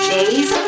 Days